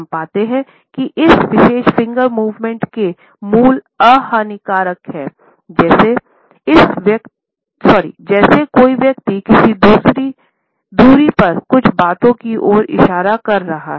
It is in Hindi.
हम पाते हैं कि इस विशेष फिंगर मूवमेंट के मूल अहानिकर है जैसे कोई व्यक्ति किसी दूरी पर कुछ बातें की ओर इशारा कर रहा है